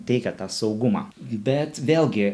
teikia tą saugumą bet vėlgi